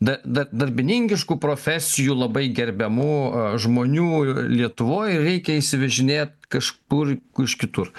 da da darbininkiškų profesijų labai gerbiamų žmonių lietuvoj ir reikia įsivežinėt kažkur iš kitur